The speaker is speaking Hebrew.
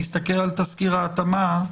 מסתכל על תסקיר ההתאמה,